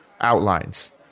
outlines